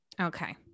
Okay